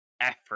effort